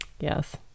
Yes